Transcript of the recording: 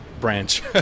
branch